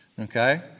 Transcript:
Okay